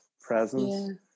presence